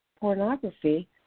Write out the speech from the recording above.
pornography